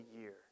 year